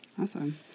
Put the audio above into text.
Awesome